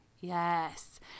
Yes